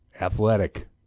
athletic